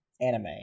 anime